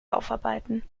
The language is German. aufarbeiten